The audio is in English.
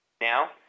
Now